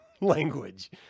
language